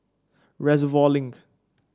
Reservoir Link